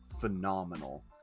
phenomenal